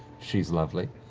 she's lovely.